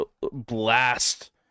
blast